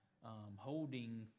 holding